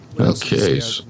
Okay